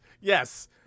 yes